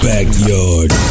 Backyard